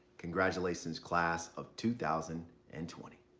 congratulations class of two thousand and twenty.